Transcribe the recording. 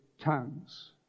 tongues